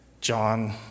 John